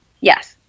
Yes